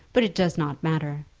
but it does not matter.